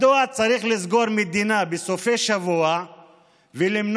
מדוע צריך לסגור מדינה בסופי שבוע ולמנוע